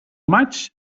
maig